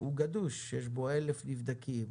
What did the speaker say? הוא גדוש, יש בו 1,000 נבדקים,